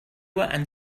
and